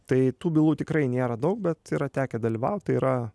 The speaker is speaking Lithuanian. tai tų bylų tikrai nėra daug bet yra tekę dalyvaut tai yra